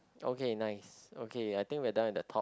okay nice okay I think we are done with the talk